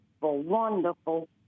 wonderful